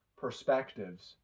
perspectives